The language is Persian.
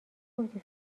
گفتی